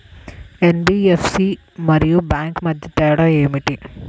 NBFC మరియు bank మధ్య తేడా ఏమిటీ?